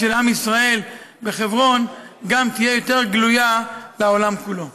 של עם ישראל לחברון גם יהיה יותר גלוי לעולם כולו.